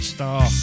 Star